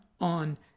on